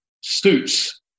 suits